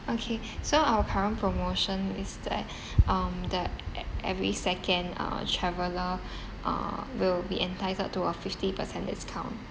okay so our current promotion is that um that e~ every second uh traveller uh will be entitled to a fifty percent discount